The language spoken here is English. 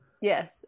Yes